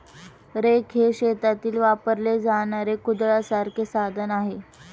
rake हे शेतीत वापरले जाणारे कुदळासारखे साधन आहे